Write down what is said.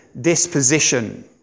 disposition